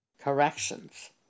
Corrections